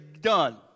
done